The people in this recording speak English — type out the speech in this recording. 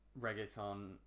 reggaeton